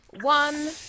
one